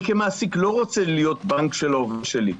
אני כמעסיק לא רוצה להיות בנק של העובדים שלי.